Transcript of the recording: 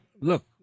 look